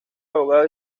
abogado